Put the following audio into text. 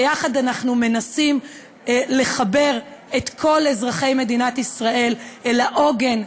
שיחד אנחנו מנסים לחבר את כל אזרחי מדינת ישראל אל העוגן,